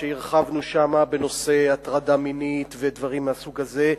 שהרחבנו שם בנושא הטרדה מינית ודברים מהסוג הזה.